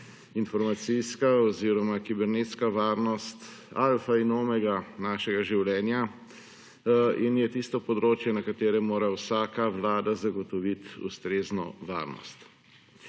informacijska oziroma kibernetska varnost alfa in omega našega življenja in je tisto področje na katerem mora vsaka vlada zagotoviti ustrezno varnost.